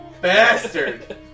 bastard